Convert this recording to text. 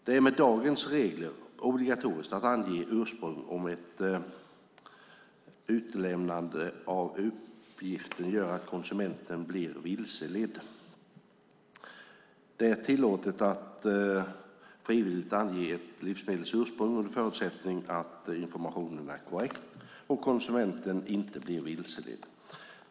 Det är med dagens regler obligatoriskt att ange ursprunget om ett utelämnande av uppgiften gör att konsumenten blir vilseledd. Det är tillåtet att frivilligt ange ett livsmedels ursprung under förutsättning att informationen är korrekt och konsumenten inte blir vilseledd.